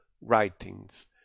writings